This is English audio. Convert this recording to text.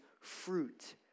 fruit